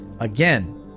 Again